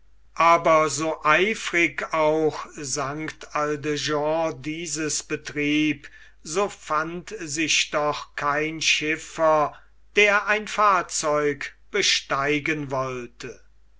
aber so eifrig auch st aldegonde dieses betrieb so fand sich doch kein schiffer der ein fahrzeug besteigen wollte